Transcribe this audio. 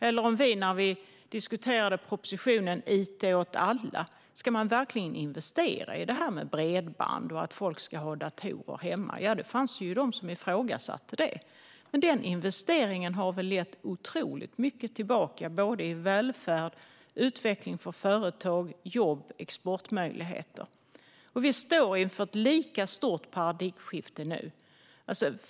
Eller om vi själva när vi diskuterade propositionen Ett informationssamhälle för alla hade sagt: Ska man verkligen investera i det här med bredband och att folk ska ha datorer hemma? Det fanns ju de som ifrågasatte detta. Men den investeringen har gett otroligt mycket tillbaka för välfärd, utveckling för företag, jobb och exportmöjligheter. Vi står inför ett lika stort paradigmskifte nu.